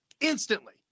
Instantly